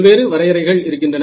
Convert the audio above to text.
பல்வேறு வரையறைகள் இருக்கின்றன